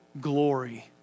Glory